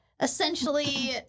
essentially